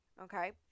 Okay